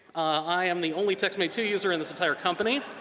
i am the only textmate two user in this entire company.